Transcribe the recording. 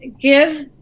give